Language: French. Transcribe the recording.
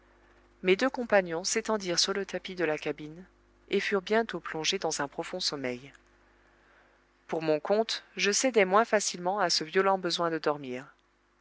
mes deux compagnons s'étendirent sur le tapis de la cabine et furent bientôt plongés dans un profond sommeil pour mon compte je cédai moins facilement à ce violent besoin de dormir